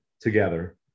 together